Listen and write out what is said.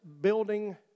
building